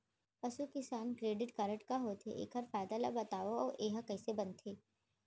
पसु किसान credit card का होथे, एखर फायदा ला बतावव अऊ एहा कइसे बनथे?